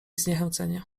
zniechęcenie